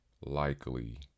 likely